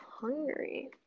hungry